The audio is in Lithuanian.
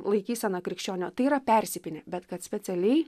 laikysena krikščionio tai yra persipynę bet kad specialiai